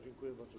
Dziękuję bardzo.